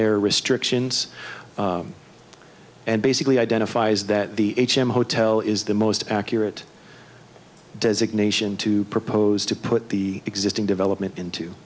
their restrictions and basically identifies that the h m o hotel is the most accurate designation to propose to put the existing development into